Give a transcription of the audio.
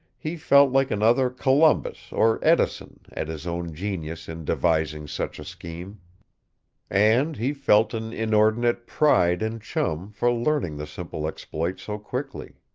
he felt like another columbus or edison, at his own genius in devising such a scheme and he felt an inordinate pride in chum for learning the simple exploit so quickly